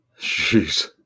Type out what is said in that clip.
Jeez